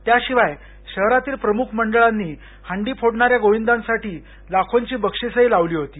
त्याशिवाय शहरातील प्रमुख मंडळांनी हंडी फोडणाऱ्या गोविंदांसाठी लाखोंची बक्षिसही लावली होती